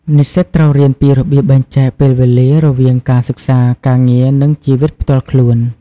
និស្សិតត្រូវរៀនពីរបៀបបែងចែកពេលវេលារវាងការសិក្សា ការងារ និងជីវិតផ្ទាល់ខ្លួន។